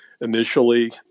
initially